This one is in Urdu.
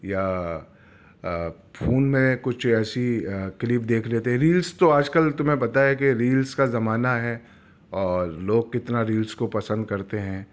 یا فون میں کچھ ایسی کلپ دیکھ لیتے ہیں ریلس تو آج کل تمہیں پتہ ہے کہ ریلس کا زمانہ ہے اور لوگ کتنا ریلس کو پسند کرتے ہیں